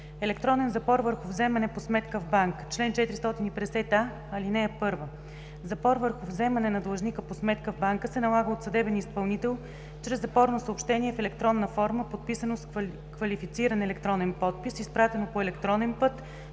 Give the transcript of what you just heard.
„Електронен запор върху вземане по сметка в банка Чл. 450а. (1) Запор върху вземане на длъжника по сметка в банка се налага от съдебен изпълнител чрез запорно съобщение в електронна форма, подписано с квалифициран електронен подпис, изпратено по електронен път